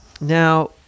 Now